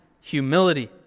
humility